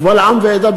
קבל עם ועדה,